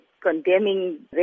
condemning